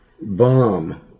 bomb